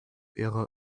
ihre